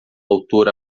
autor